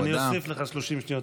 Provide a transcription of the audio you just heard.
אני אוסיף לך 30 שניות,